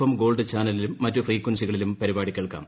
M Gold ചാനലിലും മറ്റ് ഫ്രീക്വൻസികളിലും പരിപാടി കേൾക്കാം